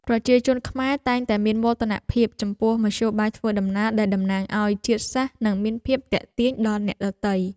ប្រជាជនខ្មែរតែងតែមានមោទនភាពចំពោះមធ្យោបាយធ្វើដំណើរដែលតំណាងឱ្យជាតិសាសន៍និងមានភាពទាក់ទាញដល់អ្នកដទៃ។